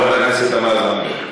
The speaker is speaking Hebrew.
זה מה שאמרתי.